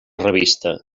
revista